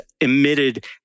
emitted